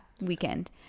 weekend